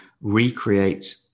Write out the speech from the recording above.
recreate